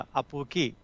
apuki